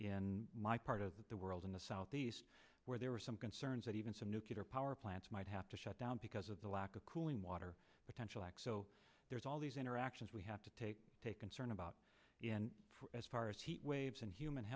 in my part of the world in the southeast where there were some concerns that even some nuclear power plants might have to shut down because of the lack of cooling water potential x o there's all these interactions we have to take a concern about in as far as heat waves and human